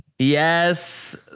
Yes